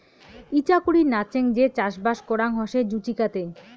ইচাকুরি নাচেঙ যে চাষবাস করাং হসে জুচিকাতে